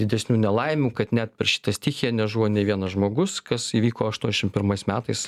didesnių nelaimių kad net per šitą stichiją nežuvo nei vienas žmogus kas įvyko aštuoniasdešim pirmais metais